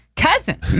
Cousin